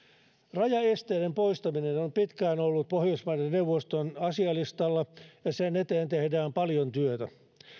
rajaesteiden poistaminen on pitkään ollut pohjoismaiden neuvoston asialistalla ja sen eteen tehdään paljon työtä